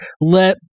let